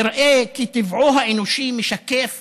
נראה כי טבעו האנושי משקף